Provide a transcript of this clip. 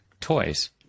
toys